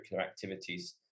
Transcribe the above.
activities